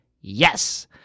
yes